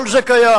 כל זה קיים.